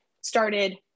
started